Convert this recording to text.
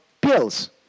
pills